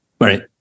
right